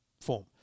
form